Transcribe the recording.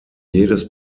jedes